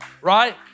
Right